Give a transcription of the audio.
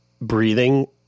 breathing